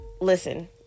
Listen